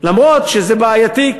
אף שזה בעייתי,